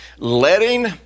Letting